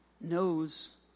knows